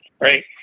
Right